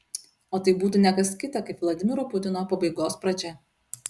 o tai būtų ne kas kita kaip vladimiro putino pabaigos pradžia